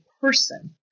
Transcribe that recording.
person